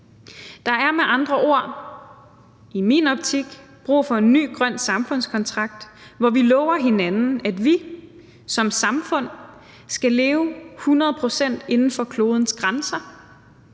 Der er med andre ord i min optik brug for en ny grøn samfundskontrakt, hvor vi lover hinanden, at vi som samfund skal leve hundrede procent inden for klodens grænser,